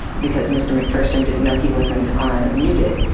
because mr. mcpherson didn't know he wasn't ah muted.